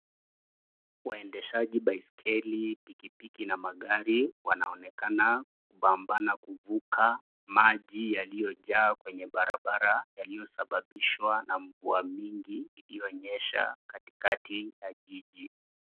Waendeshaji baiskeli pikipiki na magari wanaonekana kupambana kuvuka maji yaliyojaa kwenye barabara yaliyosababishwa na mvua mingi iliyonyesha katika ya jiji.